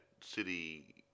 city